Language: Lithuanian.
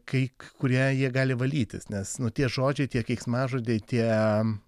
kai kuria jie gali valytis nes nu tie žodžiai tie keiksmažodžiai tie